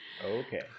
Okay